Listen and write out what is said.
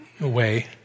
away